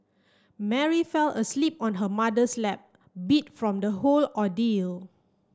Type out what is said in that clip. Mary fell asleep on her mother's lap beat from the whole ordeal